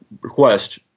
request